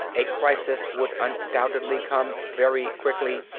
a crisis would undoubtedly come very quickly,